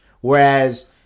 whereas